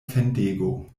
fendego